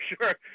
sure